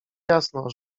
jasno